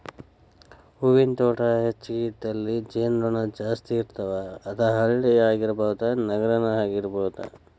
ಹೂವಿನ ತೋಟಾ ಹೆಚಗಿ ಇದ್ದಲ್ಲಿ ಜೇನು ನೊಣಾ ಜಾಸ್ತಿ ಇರ್ತಾವ, ಅದ ಹಳ್ಳಿ ಆಗಿರಬಹುದ ನಗರಾನು ಆಗಿರಬಹುದು